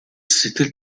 сэтгэл